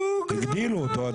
הגדילו אותו.